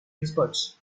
experts